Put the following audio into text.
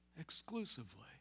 exclusively